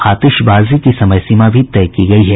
आतिशबाजी की समय सीमा भी तय की गयी है